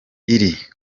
iri